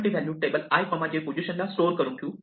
आपण ती value table i j पोझिशनला स्टोअर करून ठेवू